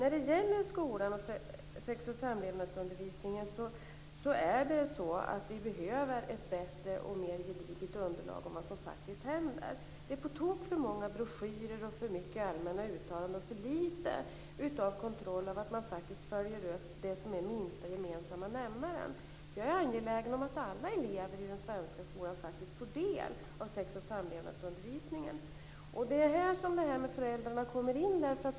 När det gäller sex och samlevnadsundervisningen i skolan är det så att vi behöver ett bättre och mer gediget underlag om vad som faktiskt händer. Det är på tok för många broschyrer och för många allmänna uttalanden. Det är för lite av kontroll och uppföljning av det som är den minsta gemensamma nämnaren. Jag är angelägen om att alla elever i den svenska skolan faktiskt får del av sex och samlevnadsundervisningen. Det är här detta med föräldrarna kommer in.